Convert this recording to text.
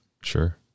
Sure